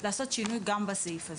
לעשות שינוי גם בסעיף הזה.